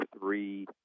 three